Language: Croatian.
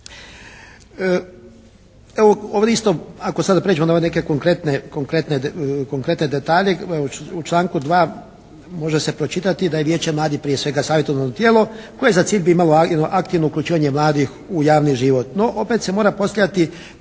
Evo, ovdje isto ako sada prijeđemo na neke konkretne detalje, u članku 2. može se pročitati da je Vijeće mladih prije svega savjetodavno tijelo koje za cilj bi imalo jedno aktivno uključivanje mladih u javni život.